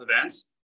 events